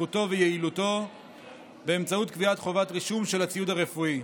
בטיחותו ויעילותו באמצעות קביעת חובת רישום של הציוד הרפואי.